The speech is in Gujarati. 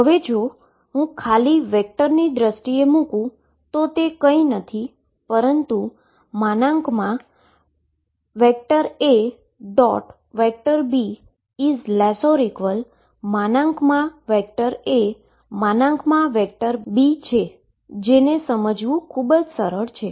હવે જો હું ખાલી વેક્ટરની દ્રષ્ટિએ મૂકુ તો તે કંઇ નથી પરંતુ |A B |≤|A ||B| છે જેને સમજવું ખૂબ જ સરળ છે